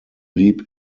blieb